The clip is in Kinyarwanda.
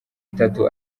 itatu